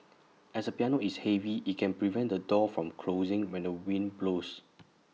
as A piano is heavy IT can prevent the door from closing when the wind blows